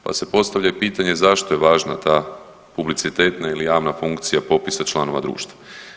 Pa se postavlja i pitanje zašto je važna ta publicitetna ili javna funkcija popisa članova društva?